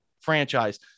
franchise